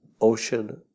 ocean